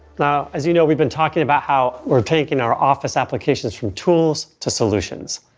now as you know, we've been talking about how we're taking our office applications from tools to solutions.